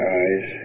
eyes